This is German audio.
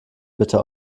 bitte